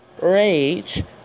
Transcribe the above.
rage